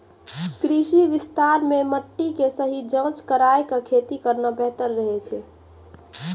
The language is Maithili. कृषि विस्तार मॅ मिट्टी के सही जांच कराय क खेती करना बेहतर रहै छै